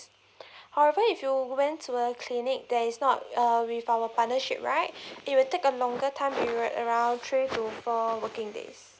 however if you went to a clinic there is not a with our partnership right it will take a longer time will be around three to four working days